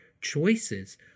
choices